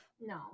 no